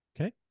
Okay